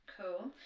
cool